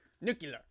Nuclear